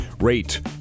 Rate